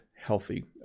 healthy